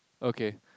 okay